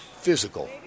physical